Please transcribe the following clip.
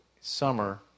summer